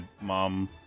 mom